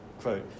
quote